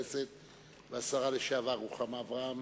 השרה לשעבר רוחמה אברהם,